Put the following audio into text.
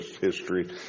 history